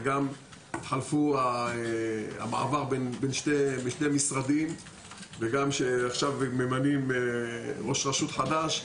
גם היה המעבר בין שני משרדים ועכשיו גם ממנים ראש רשות חדש.